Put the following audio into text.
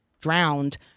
drowned